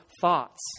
thoughts